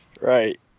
Right